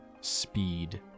speed